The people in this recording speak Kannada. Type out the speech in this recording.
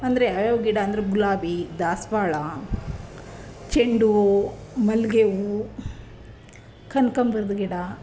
ಅಂದರೆ ಯಾವ್ಯಾವ ಗಿಡ ಅಂದರೆ ಗುಲಾಬಿ ದಾಸವಾಳ ಚೆಂಡು ಹೂವು ಮಲ್ಲಿಗೆ ಹೂವು ಕನ್ಕಾಂಬರದ ಗಿಡ